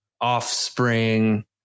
offspring